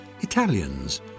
Italians